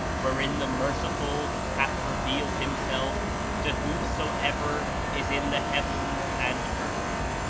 wherein the merciful hath revealed himself to whosoever is in the heavens and earth.